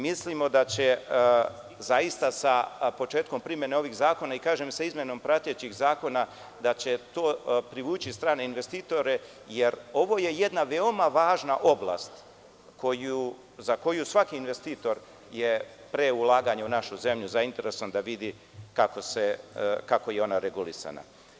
Mislimo da će zaista sa početkom primene ovih zakona, i kažem sa izmenom pratećih zakona da će to privući strane investitore, jer ovo je jedna veoma važna oblast za koju svaki investitor je pre ulaganja u našu zemlju zainteresovan da vidi kako je ona regulisana.